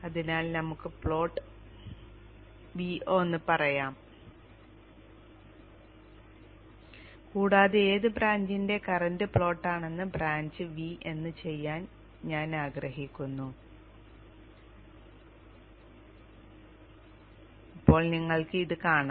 അതിനാൽ നമുക്ക് plot Vo എന്ന് പറയാം കൂടാതെ ഏത് ബ്രാഞ്ചിന്റെ കറന്റ് പ്ലോട്ട് ആണ് ബ്രാഞ്ച് V എന്ന് ചെയ്യാൻ ഞാൻ ആഗ്രഹിക്കുന്നു അപ്പോൾ നിങ്ങൾക്ക് അത് കാണാം